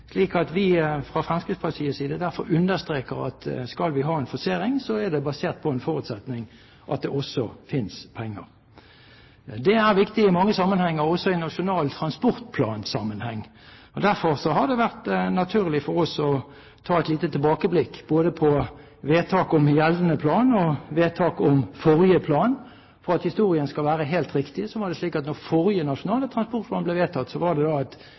slik at vi fra Fremskrittspartiets side derfor understreker at skal vi ha en forsering, er det basert på en forutsetning om at det også finnes penger. Det er viktig i mange sammenhenger, også i Nasjonal transportplan-sammenheng. Men derfor har det vært naturlig for oss å ta et lite tilbakeblikk både på vedtak om gjeldende plan og vedtak om forrige plan. For at historien skal være helt riktig, var det slik at da den forrige nasjonale transportplan ble vedtatt, var det et